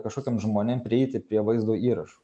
kažkokiem žmonėm prieiti prie vaizdo įrašų